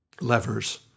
Levers